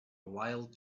wild